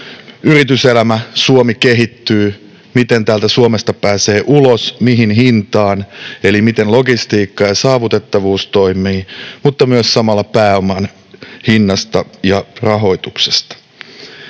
yrityselämä, Suomi kehittyvät, miten täältä Suomesta pääsee ulos, mihin hintaan — eli miten logistiikka ja saavutettavuus toimivat — mutta samalla myös pääoman hinnasta ja rahoituksesta.